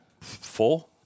four